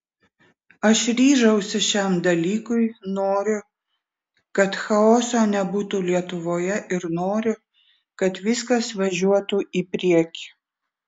aš ryžausi šiam dalykui noriu kad chaoso nebūtų lietuvoje ir noriu kad viskas važiuotų į priekį